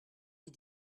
des